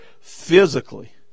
physically